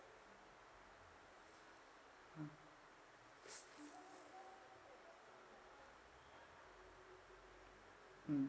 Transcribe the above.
mm